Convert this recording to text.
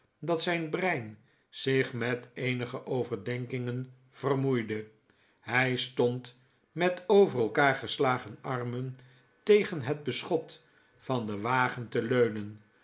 dat zijn brein zich met eenige overdenkingen vermoeide hij stond met over elkaar geslagen armen tegen het beschot van den wagen te leunen